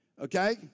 okay